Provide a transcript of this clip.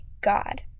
God